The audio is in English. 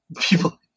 people